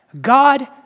God